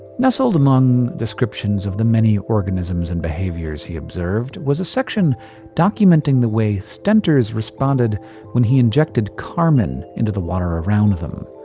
nestled among descriptions of the many organisms and behaviors he observed was a section documenting the way stentors responded when he injected carmine into the water around them.